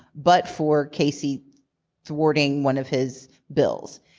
but for casey thwarting one of his bills.